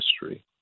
history